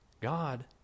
God